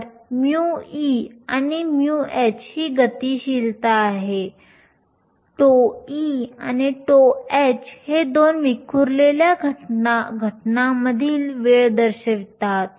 तर μe आणि μh ही गतिशीलता आहे τe आणि τh हे दोन विखुरलेल्या घटनांमधील वेळ दर्शवतात